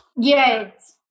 Yes